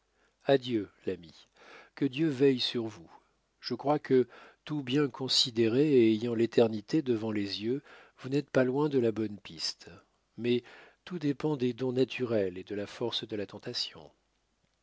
adieu l'ami que dieu veille sur vous je crois que tout bien considéré et ayant l'éternité devant les yeux vous n'êtes pas loin de la bonne piste mais tout dépend des dons naturels et de la force de la tentation